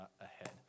ahead